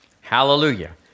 Hallelujah